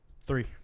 Three